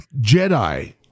Jedi